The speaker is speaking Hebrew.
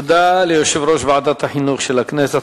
תודה ליושב-ראש ועדת החינוך של הכנסת,